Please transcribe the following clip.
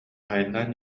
айаннаан